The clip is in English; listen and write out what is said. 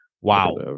wow